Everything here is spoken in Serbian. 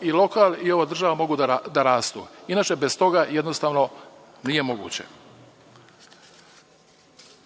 i lokal i ova država mogu da rastu, inače, bez toga jednostavno nije moguće. Ja